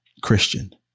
Christian